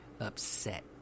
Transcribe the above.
upset